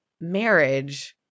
marriage